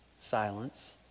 silence